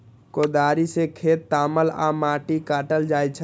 कोदाड़ि सं खेत तामल आ माटि काटल जाइ छै